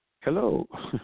Hello